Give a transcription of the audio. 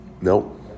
Nope